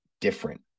different